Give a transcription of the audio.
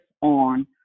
on